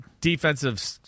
Defensive